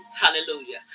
hallelujah